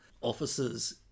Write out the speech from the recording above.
officers